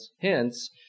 hence